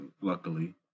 luckily